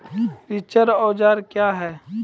रिचर औजार क्या हैं?